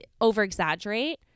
over-exaggerate